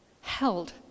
Held